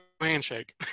handshake